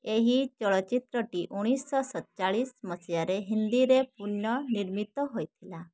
ଏହି ଚଳଚ୍ଚିତ୍ରଟି ଉଣେଇଶିଶହ ସଡ଼ଚାଳିଶ ମସିହାରେ ହିନ୍ଦୀରେ ପୁନଃ ନିର୍ମିତ ହେଇଥିଲା